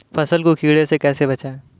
फसल को कीड़े से कैसे बचाएँ?